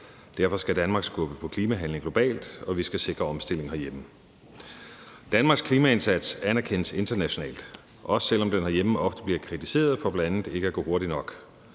Derfor skal Danmark skubbe på klimahandling globalt, og vi skal sikre omstilling herhjemme. Danmarks klimaindsats anerkendes internationalt, også selv om den herhjemme ofte bliver kritiseret for bl.a. ikke at gå hurtigt nok.